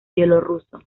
bielorruso